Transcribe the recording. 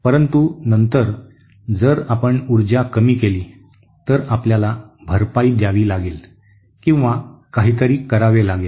परंतु नंतर जर आपण ऊर्जा कमी केली तर आपल्याला भरपाई द्यावी लागेल किंवा काहीतरी करावे लागेल